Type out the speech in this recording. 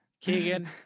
Keegan